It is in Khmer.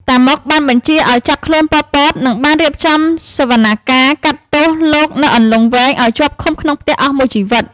តាម៉ុក បានបញ្ជាឱ្យចាប់ខ្លួនប៉ុល ពត និងបានរៀបចំសវនាការកាត់ទោសលោកនៅអន្លង់វែងឱ្យជាប់ឃុំក្នុងផ្ទះអស់មួយជីវិត។